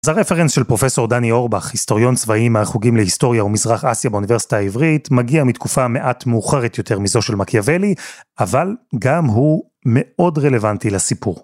אז הרפרנס של פרופסור דני אורבך, היסטוריון צבאי מהחוגים להיסטוריה ומזרח אסיה באוניברסיטה העברית, מגיע מתקופה מעט מאוחרת יותר מזו של מקיאבלי, אבל גם הוא מאוד רלוונטי לסיפור.